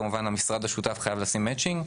כמובן שהמשרד השותף חייב לשים מצ'ינג,